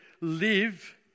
live